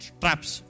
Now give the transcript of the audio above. traps